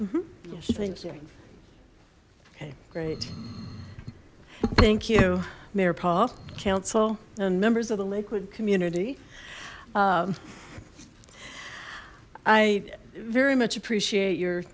you okay great thank you mayor paul council and members of the lakewood community i very much appreciate your